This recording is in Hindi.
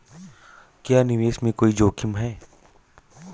क्या निवेश में कोई जोखिम है?